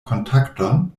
kontakton